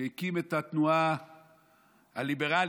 שהקים את התנועה הליברלית.